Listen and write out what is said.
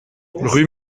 rue